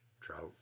Trout